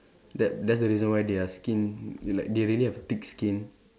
that that's the reason why their skin like they really have thick skin